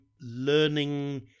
learning